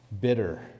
bitter